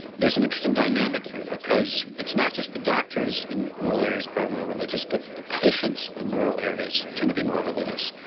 there's an interesting dynamic here because it's not just the doctors in rural areas who are more religious but the patients in rural areas tend to be more religious.